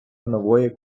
нової